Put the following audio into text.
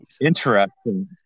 interesting